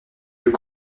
plus